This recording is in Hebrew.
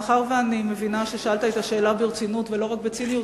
מאחר שאני מבינה ששאלת את השאלה ברצינות ולא רק בציניות,